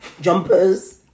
jumpers